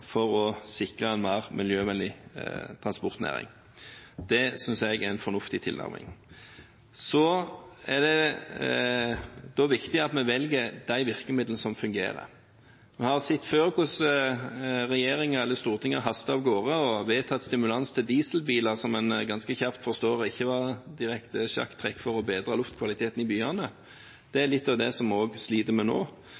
for å sikre en mer miljøvennlig transportnæring. Det synes jeg er en fornuftig tilnærming. Så er det viktig at vi velger de virkemidlene som fungerer. Vi har sett før hvordan regjeringen eller Stortinget hastet av gårde og vedtok stimulans til dieselbiler, som man ganske kjapt forsto ikke var et direkte sjakktrekk for å bedre luftkvaliteten i byene. Det